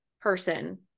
person